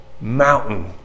mountain